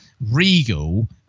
Regal